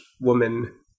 woman